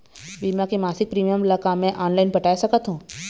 बीमा के मासिक प्रीमियम ला का मैं ऑनलाइन पटाए सकत हो?